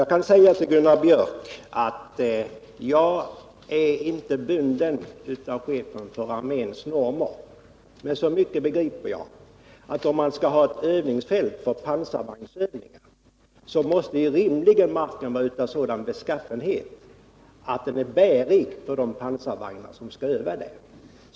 Jag vill säga till Gunnar Björk att jag inte är bunden vid chefens för armén normer. Men så mycket begriper jag att om man skall ha ett övningsfält för pansarvagnsövningar, så måste rimligen marken vara av sådan beskaffenhet att den är bärig för de pansarvagnar som skall användas vid övningarna.